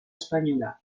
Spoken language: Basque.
espainola